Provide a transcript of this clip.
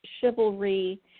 chivalry